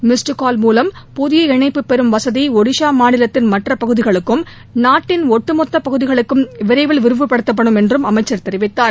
missed call மூலம் புதிய இணைப்பு பெறும் வசதி ஒடிஷா மாநிலத்தின் மற்ற பகுதிகளுக்கும் நாட்டின் ஒட்டுமொத்த பகுதிகளுக்கும் விரைவில் விரிவுபடுத்தப்படும் என்று அமைச்சர் தெரிவித்தார்